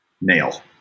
nail